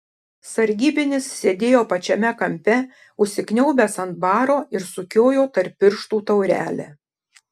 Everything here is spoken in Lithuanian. sargybinis sėdėjo pačiame kampe užsikniaubęs ant baro ir sukiojo tarp pirštų taurelę